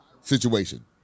situation